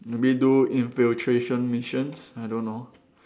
maybe do infiltration missions I don't know